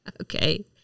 Okay